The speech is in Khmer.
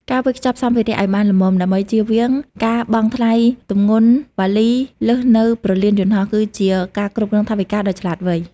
ការវេចខ្ចប់សម្ភារៈឱ្យបានល្មម ដើម្បីជៀសវាងការបង់ថ្លៃទម្ងន់វ៉ាលីលើសនៅព្រលានយន្តហោះ គឺជាការគ្រប់គ្រងថវិកាដ៏ឆ្លាតវៃ។